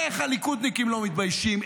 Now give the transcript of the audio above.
איך הליכודניקים לא מתביישים?